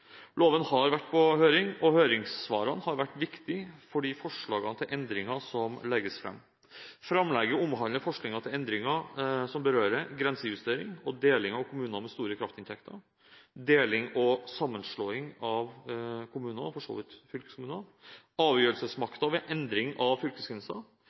Loven har vært på høring, og høringssvarene har vært viktig for de forslagene til endringer som legges fram: grensejustering og deling av kommuner med store kraftinntekter deling og sammenslåing av kommuner og for så vidt fylkeskommuner